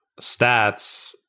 stats